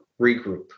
regroup